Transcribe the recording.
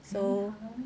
so